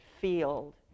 field